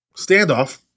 Standoff